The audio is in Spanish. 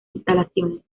instalaciones